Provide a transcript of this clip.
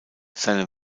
seine